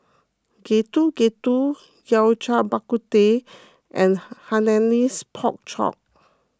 Getuk Getuk Yao Cai Bak Kut Teh and Han Hainanese Pork Chop